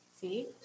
See